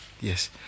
Yes